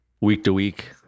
Week-to-week